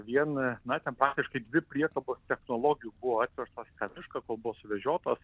vieną na ten praktiškai dvi priekabos technologių buvo atvertos į tą mišką kol buvo suvežiotos